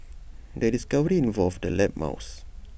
the discovery involved the lab mouse